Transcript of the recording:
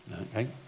Okay